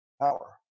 power